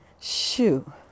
shoo